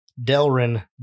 delrin